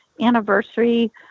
anniversary